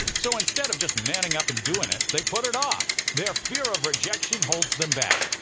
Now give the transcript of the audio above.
so instead of just manning up and doing it, they put it off. their fear of rejection holds them back.